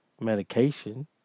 medication